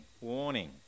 warning